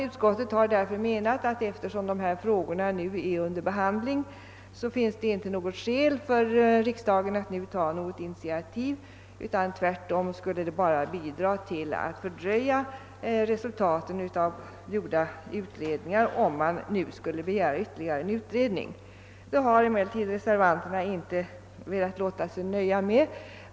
Utskotiet har därför menat, att det, eftersom dessa frågor är föremål för behandling, inte finns något skäl för riksdagen att för närvarande ta något initiativ på detta område. Tvärtom skulle det bara bidra till att fördröja resultatet av gjorda utredningar, om man nu begärde ytterligare en utredning. Detta har reservanterna emellertid inte låtit sig nöja med.